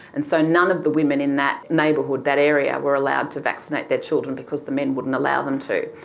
and so none of the women in that neighbourhood, that area were allowed to vaccinate their children because the men wouldn't allow them to.